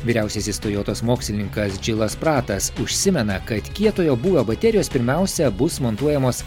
vyriausiasis tojotos mokslininkas džilas pratas užsimena kad kietojo būvio baterijos pirmiausia bus montuojamos